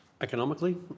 economically